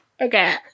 Okay